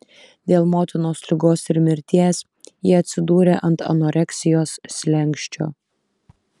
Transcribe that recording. dėl motinos ligos ir mirties ji atsidūrė ant anoreksijos slenksčio